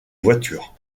voitures